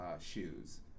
shoes